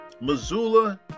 Missoula